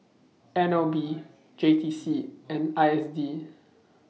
N L B J T C and I S D